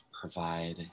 provide